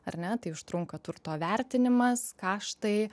ar ne tai užtrunka turto vertinimas kaštai